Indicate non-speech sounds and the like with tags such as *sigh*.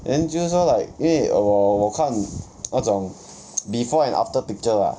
then 就是说 like 因为我我看 *noise* 那种 *noise* before and after picture lah